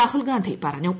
രാഹുൽ ഗാന്ധി പറഞ്ഞു